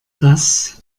das